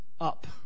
up